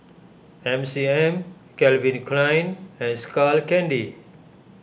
M C M Calvin Klein and Skull Candy